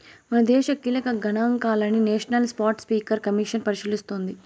మనదేశ కీలక గనాంకాలని నేషనల్ స్పాటస్పీకర్ కమిసన్ పరిశీలిస్తోంది